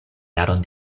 jaron